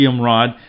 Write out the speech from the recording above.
rod